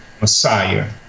messiah